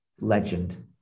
legend